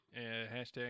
Hashtag